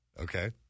Okay